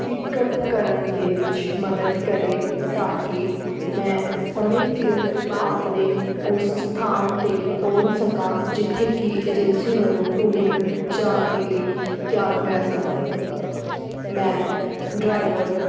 pickup ਕਰਨ ਦੇ ਵਿੱਚ ਮਦਦ ਕਰੇ ਤਾਂ ਕਿ ਮੈਂ ਸਮੇਂ ਸਿਰ ਆਪਣੇ ਉਸ ਸਥਾਨ 'ਤੇ ਪਹੁੰਚ ਸਕਾਂ ਜਿੱਥੇ ਕਿ ਏਜੰਸੀ ਵੱਲੋਂ ਟੂਰ ਜਾਣ ਦੇ ਲਈ ਤਿਆਰ ਹੋਇਆ ਸੀਗਾ ਮੈਂ ਡਰਾਈਵਰ